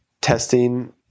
testing